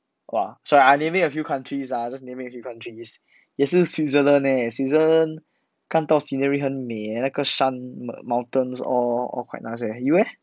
!wah! so I naming a few country ah just naming a few country 也是 switzerland leh switzerland 看到 scenery 很美耶那个山 moun~mountain all all quite nice eh you eh